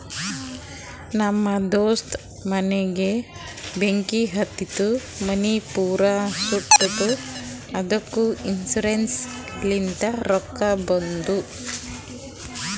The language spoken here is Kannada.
ನಮ್ ದೋಸ್ತ ಮನಿಗ್ ಬೆಂಕಿ ಹತ್ತಿತು ಮನಿ ಪೂರಾ ಸುಟ್ಟದ ಅದ್ದುಕ ಇನ್ಸೂರೆನ್ಸ್ ಲಿಂತ್ ರೊಕ್ಕಾ ಬಂದು